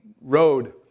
road